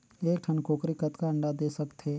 एक ठन कूकरी कतका अंडा दे सकथे?